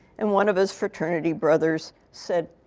and one of his fraternity brothers said,